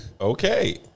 Okay